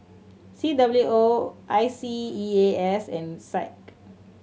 C W O I C E A S and SAC